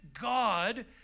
God